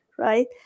Right